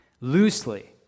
loosely